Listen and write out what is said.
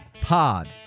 Pod